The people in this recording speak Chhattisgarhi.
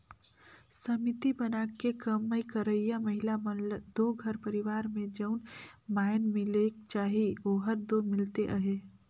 समिति बनाके कमई करइया महिला मन ल दो घर परिवार में जउन माएन मिलेक चाही ओहर दो मिलते अहे